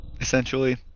Essentially